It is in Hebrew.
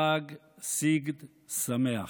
חג סגד שמח.